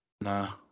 Nah